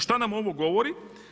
Što nam ovo govori?